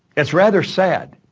it's rather sad.